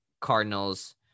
Cardinals